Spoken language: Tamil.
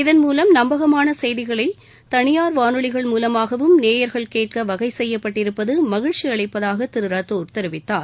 இதன்மூலம் நம்பகமான செய்திகளை தனியார் வானொலிகள் மூலமாகவும் நேயர்கள் கேட்க வகை செய்யப்பட்டிருப்பது மகிழ்ச்சி அளிப்பதாக திரு ராத்தோர் தெரிவித்தார்